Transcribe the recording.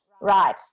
Right